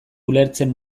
ulertzen